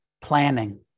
planning